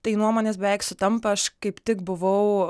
tai nuomonės beveik sutampa aš kaip tik buvau